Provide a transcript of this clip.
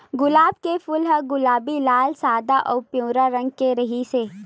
गुलाब के फूल ह गुलाबी, लाल, सादा अउ पिंवरा रंग के रिहिस हे